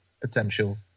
potential